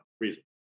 reason